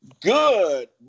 Good